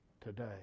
today